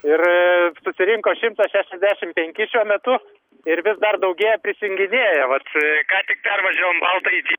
ir susirinko šimtas šešiasdešim penki šiuo metu ir vis dar daugėja prisijunginėja vat ką tik pervažiavom baltąjį ti